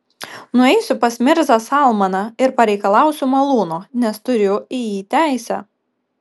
nueisiu pas mirzą salmaną ir pareikalausiu malūno nes turiu į jį teisę